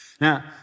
Now